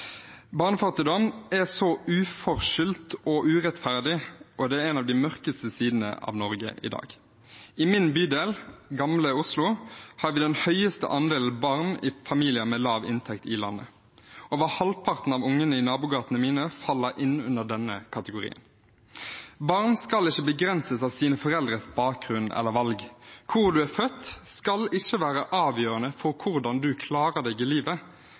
Barnefattigdom er så uforskyldt og urettferdig, og det er en av de mørkeste sidene av Norge i dag. I min bydel, Gamle Oslo, har vi den høyeste andelen barn i familier med lav inntekt i landet. Over halvparten av ungene i nabogatene mine faller inn under denne kategorien. Barn skal ikke begrenses av sine foreldres bakgrunn eller valg. Hvor man er født, skal ikke være avgjørende for hvordan man klarer seg i livet,